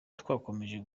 twakomeje